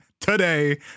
Today